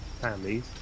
families